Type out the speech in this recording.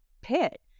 pit